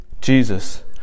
Jesus